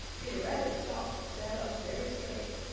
peter rabbit stopped and sat up very straight.